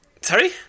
Sorry